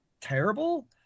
terrible